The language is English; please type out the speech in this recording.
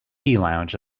lounge